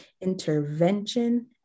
intervention